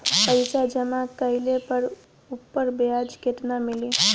पइसा जमा कइले पर ऊपर ब्याज केतना मिली?